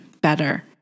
better